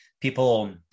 people